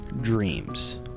dreams